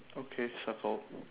okay circled